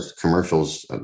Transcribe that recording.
commercials